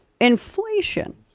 inflation